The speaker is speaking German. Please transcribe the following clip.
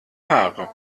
haare